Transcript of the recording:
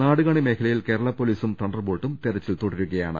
നാടുകാണി മേഖലയിൽ കേരള പൊലീസും തണ്ടർബോൾട്ടും തെരച്ചിൽ നടത്തുകയാണ്